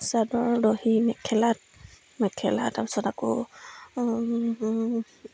চাদৰ দহি মেখেলাত মেখেলা তাৰপিছত আকৌ